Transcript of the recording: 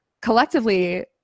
collectively